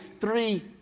three